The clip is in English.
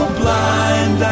blind